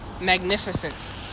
magnificence